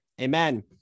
Amen